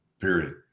period